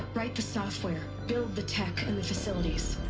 write the software, build the tech, and the facilities.